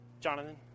Jonathan